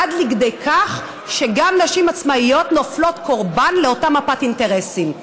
עד כדי כך שגם נשים עצמאיות נופלות קורבן לאותה מפת אינטרסים.